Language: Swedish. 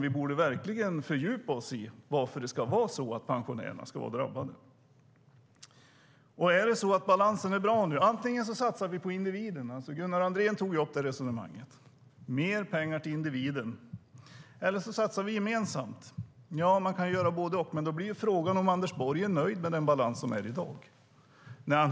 Vi borde verkligen fördjupa oss i varför pensionärerna ska drabbas av detta. Om balansen är bra satsar vi antingen på individen - Gunnar Andrén tog upp resonemanget om mer pengar till individen - eller gemensamt. Vi kan göra både och, men frågan är om Anders Borg är nöjd med balansen.